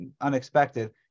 unexpected